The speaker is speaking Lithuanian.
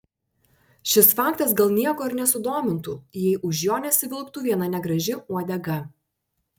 šis faktas gal nieko ir nesudomintų jei už jo nesivilktų viena negraži uodega